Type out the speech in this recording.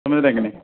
سمجھ رہے کہ نہیں